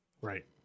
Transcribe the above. Right